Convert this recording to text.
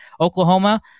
Oklahoma